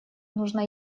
нужно